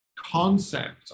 concept